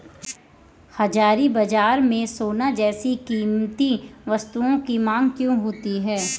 हाजिर बाजार में सोना जैसे कीमती धातुओं की मांग क्यों होती है